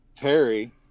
Perry